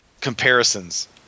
comparisons